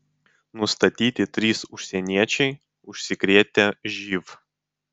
nustatyti trys užsieniečiai užsikrėtę živ